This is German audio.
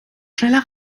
schneller